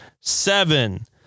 seven